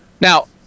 Now